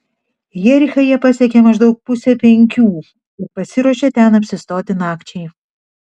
jerichą jie pasiekė maždaug pusę penkių ir pasiruošė ten apsistoti nakčiai